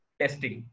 testing